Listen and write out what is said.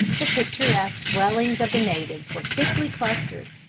the picturesque dwellings of the natives were thickly clustered.